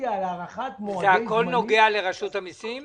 הכול נוגע לרשות המיסים,